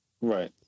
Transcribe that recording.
Right